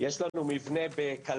בניינים קיימים,